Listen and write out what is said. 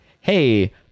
hey